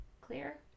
clear